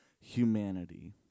humanity